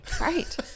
right